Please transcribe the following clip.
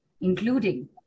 including